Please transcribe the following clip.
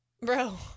Bro